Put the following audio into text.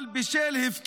אבל בשל הפקרות,